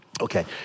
Okay